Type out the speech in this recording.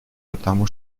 потому